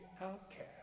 outcast